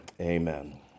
amen